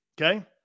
Okay